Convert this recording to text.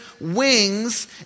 wings